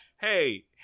Hey